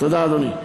תודה, אדוני.